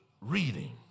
reading